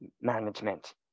management